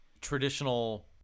traditional